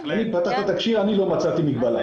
אני פתחתי את התקשי"ר ולא מצאתי מגבלה.